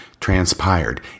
transpired